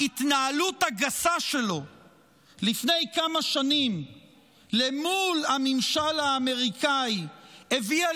ההתנהלות הגסה שלו לפני כמה שנים מול הממשל האמריקני הביאה